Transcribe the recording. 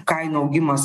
kainų augimas